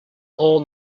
all